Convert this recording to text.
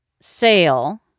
sale